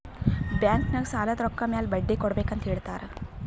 bank ನಾಗ್ ಸಾಲದ್ ರೊಕ್ಕ ಮ್ಯಾಲ ಬಡ್ಡಿ ಕೊಡ್ಬೇಕ್ ಅಂತ್ ಹೇಳ್ತಾರ್